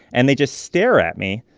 and they just stare at me.